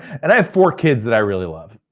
and i have four kids that i really love.